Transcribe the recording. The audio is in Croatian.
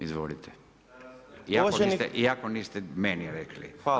Izvolite, iako niste meni rekli.